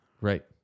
Right